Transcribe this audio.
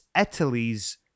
Italy's